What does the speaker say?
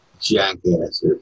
jackasses